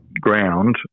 ground